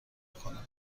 کنم